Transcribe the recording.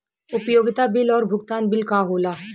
उपयोगिता बिल और भुगतान बिल का होला?